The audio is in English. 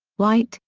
white,